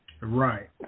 Right